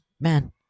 man